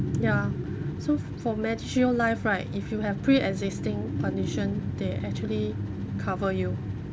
ya so for medishield life right if you have pre-existing condition they actually cover you